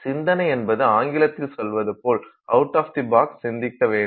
சிந்தனை என்பது ஆங்கிலத்தில் சொல்வது போல் அவுட் ஆஃப் த பாக்ஸ் சிந்தக்க வேண்டும்